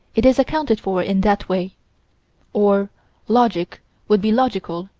it is accounted for in that way or logic would be logical,